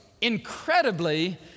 incredibly